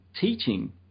teaching